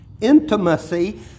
intimacy